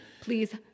please